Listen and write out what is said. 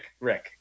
Rick